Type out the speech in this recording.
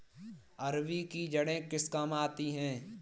अरबी की जड़ें किस काम आती हैं?